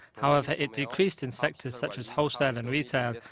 however, it decreased in sectors such as wholesale and retail,